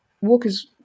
Walker's